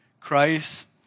Christ